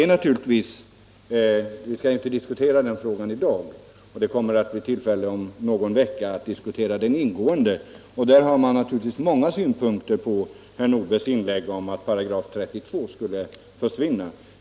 Vi skall inte diskutera de frågorna i dag utan det blir tillfälle om någon vecka att ingående diskutera dem, och då kan man lägga fram många synpunkter på herr Nordbergs inlägg om att § 32 skall försvinna.